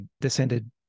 descended